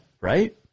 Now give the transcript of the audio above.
right